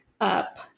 up